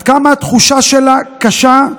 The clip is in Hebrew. עד כמה התחושה שלה קשה,